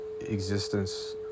existence